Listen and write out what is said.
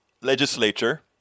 legislature